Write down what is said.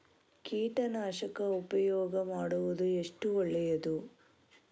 ಕೀಟನಾಶಕ ಉಪಯೋಗ ಮಾಡುವುದು ಎಷ್ಟು ಒಳ್ಳೆಯದು?